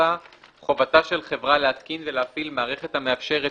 "(4)חובתה של חברה להתקין ולהפעיל מערכת המאפשרת